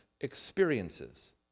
experiences